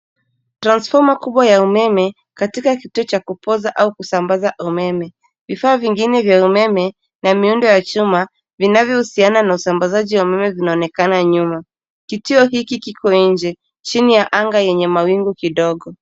Transfoma kubwa ya umeme katika kituo cha kupoza au kusambaza umeme. Vifaa vingine vya umeme na miundo ya chuma vinavyohusiana na usambazaji wa umeme zinaonekana nyuma. Kituo hiki kiko nje chini ya angaa yenye mawingu midogo.